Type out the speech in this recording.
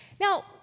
Now